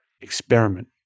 Experiment